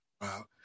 Wow